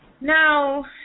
Now